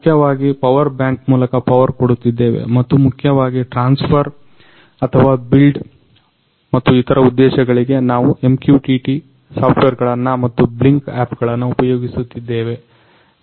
ಮುಖ್ಯವಾಗಿ power bank ಮೂಲಕ power ಕೊಡುತ್ತಿದ್ದೇವೆ ಮತ್ತು ಮುಖ್ಯವಾಗಿ ಟ್ರಾನ್ಫರ್ ಅಥವಾ ಬಿಲ್ಡ್ ಮತ್ತು ಇತರ ಉದ್ದೇಶಗಳಗೆ ನಾವು MQTTಸಾಫ್ಟವೇರ್ಗಳನ್ನ ಮತ್ತು Blynk ಆಪ್ ಉಪಯೋಗಿಸುತ್ತಿದ್ದೇವೆ